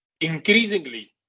Increasingly